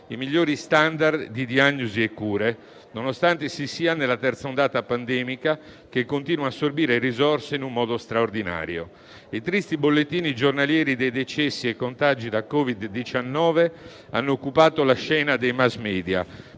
i migliori *standard* di diagnosi e cure, nonostante si sia nella terza ondata pandemica che continua ad assorbire risorse in un modo straordinario. I tristi bollettini giornalieri dei decessi e contagi da Covid-19 hanno occupato la scena dei *mass media*,